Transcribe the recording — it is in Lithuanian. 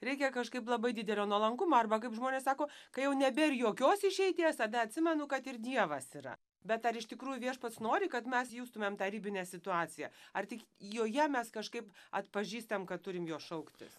reikia kažkaip labai didelio nuolankumo arba kaip žmonės sako kai jau nebėr jokios išeities tada atsimenu kad ir dievas yra bet ar iš tikrųjų viešpats nori kad mes justumėm tą ribinę situaciją ar tik joje mes kažkaip atpažįstam kad turim jo šauktis